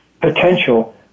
potential